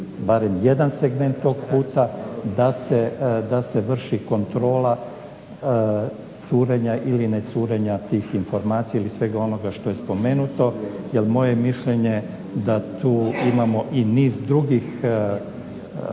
barem jedan segment tog puta da se vrši kontrola curenja ili ne curenja tih informacija ili svega onoga što je spomenuto jer moje je mišljenje da tu imamo i niz drugih faktora